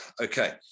okay